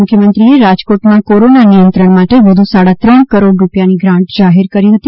મુખ્યમંત્રીએ રાજકોટમાં કોરોના નિયંત્રણ માટે વધુ સાડા ત્રણ કરોડ રૂપિયાની ગ્રાન્ટ જાહેર કરી હતી